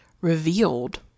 revealed